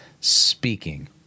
speaking